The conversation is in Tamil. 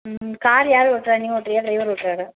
ம் கார் யார் ஓட்டுறா நீ ஓட்டுறியா ட்ரைவர் ஓட்டுறாரா